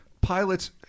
pilots